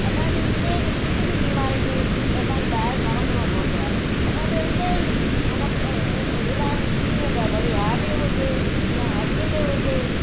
असांखे कॾहिं बि कुझु बि बीमारी थिए त असांखे ॿाहिरि न वञिणो पवंदो आहे असांजो हिते ई माना इलाज थी वेंदो आहे भली हार्ट जो हुजे या अखियुनि जो हुजे